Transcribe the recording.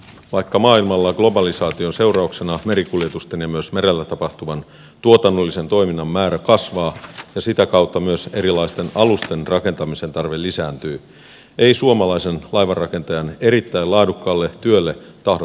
vaikka maailmalla globalisaation seurauksena merikuljetusten ja myös merellä tapahtuvan tuotannollisen toiminnan määrä kasvaa ja sitä kautta myös erilaisten alusten rakentamisen tarve lisääntyy ei suomalaisen laivanrakentajan erittäin laadukkaalle työlle tahdo löytyä maksajaa